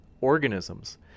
organisms